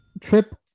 trip